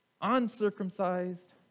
uncircumcised